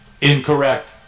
Incorrect